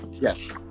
Yes